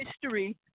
history